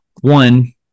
One